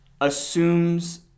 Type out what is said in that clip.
assumes